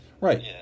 Right